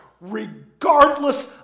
regardless